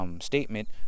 Statement